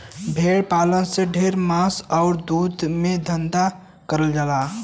भेड़ पालन से ढेर मांस आउर दूध के धंधा करल जाला